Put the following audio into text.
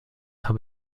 habe